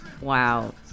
Wow